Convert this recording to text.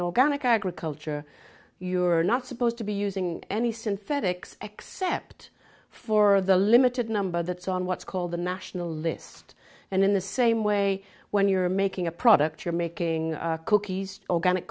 agriculture you are not supposed to be using any synthetics except for the limited number that's on what's called the national list and in the same way when you're making a product you're making cookies organic